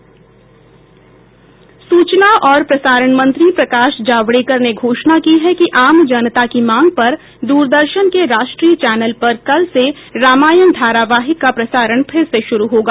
सूचना और प्रसारण मंत्री प्रकाश जावड़ेकर ने घोषणा की है कि आम जनता की मांग पर दूरदर्शन के राष्ट्रीय चैनल पर कल से रामायण धारावाहिक का प्रसारण फिर से शुरू होगा